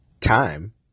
time